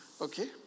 Okay